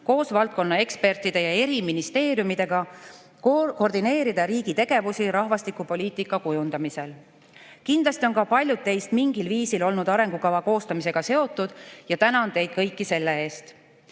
koos valdkonna ekspertide ja eri ministeeriumidega koordineerida riigi tegevusi rahvastikupoliitika kujundamisel. Kindlasti on ka paljud teist mingil viisil olnud arengukava koostamisega seotud. Tänan teid kõiki selle eest.